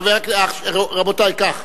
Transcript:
רבותי, כך: